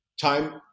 Time